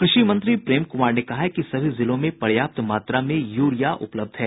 कृषि मंत्री प्रेम कुमार ने कहा है कि सभी जिलों में पर्याप्त मात्रा में यूरिया उपलब्ध है